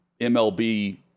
MLB